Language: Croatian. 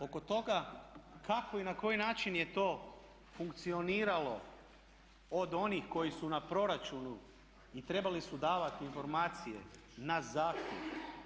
Oko toga kako i na koji način je to funkcioniralo od onih koji su na proračunu i trebali su davati informacije na zahtjev.